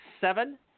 seven